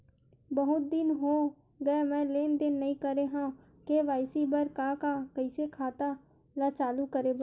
बहुत दिन हो गए मैं लेनदेन नई करे हाव के.वाई.सी बर का का कइसे खाता ला चालू करेबर?